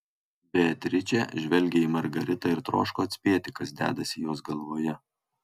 beatričė žvelgė į margaritą ir troško atspėti kas dedasi jos galvoje